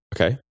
Okay